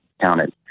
counted